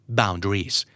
boundaries